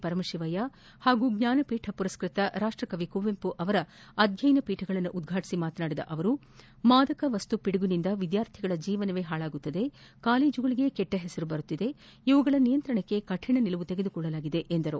ಪರಮಶಿವಯ್ಯ ಹಾಗೂ ಜ್ವಾನಪೀಠ ಮರಸ್ಪತ ರಾಷ್ಟಕವಿ ಕುವೆಂಪು ಅವರ ಅಧ್ಯಯನ ಪೀಠಗಳನ್ನು ಉದ್ವಾಟಿಸಿ ಮಾತನಾಡಿದ ಅವರು ಮಾದಕವಸ್ತು ಪಿಡುಗಿನಿಂದ ಹಾವಳಿಯಿಂದ ವಿದ್ಯಾರ್ಥಿಗಳ ಜೀವನ ಹಾಳಾಗುವುದು ಹಾಗೂ ಕಾಲೇಜುಗಳಿಗೆ ಕೆಟ್ಟ ಹೆಸರು ಬರುತ್ತಿದೆ ಇವುಗಳ ನಿಯಂತ್ರಣಕ್ಕೆ ಕಠಿಣ ನಿಲುವು ತೆಗೆದುಕೊಂಡಿದ್ದೇವೆ ಎಂದು ಹೇಳದರು